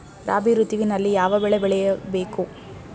ರಾಬಿ ಋತುವಿನಲ್ಲಿ ಯಾವ ಬೆಳೆ ಬೆಳೆಯ ಬೇಕು?